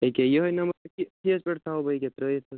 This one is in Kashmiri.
أکہِ یِہٲے نمبر پٮ۪ٹھ تھاوہو بہٕ یِیٚکہِ تٔرٲیِتھ حظ